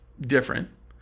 different